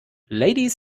ladies